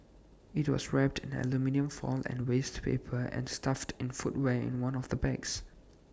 IT was wrapped aluminium foil and waste paper and stuffed in footwear in one of the bags